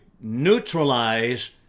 neutralize